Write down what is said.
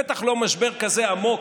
בטח לא משבר כזה עמוק,